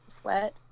sweat